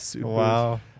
Wow